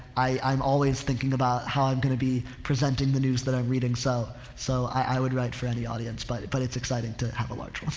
i'm always thinking about how i'm going to be presenting the news that i'm reading. so, so i, i would write for any audience. but, but it's exciting to have a large one.